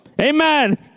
Amen